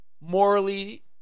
morally